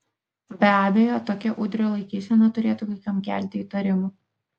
be abejo tokia udrio laikysena turėtų kai kam kelti įtarimų